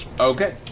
Okay